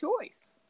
choice